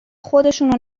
خودشونو